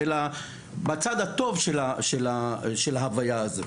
אלא בצד הטוב של ההוויה הזו.